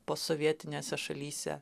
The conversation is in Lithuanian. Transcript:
posovietinėse šalyse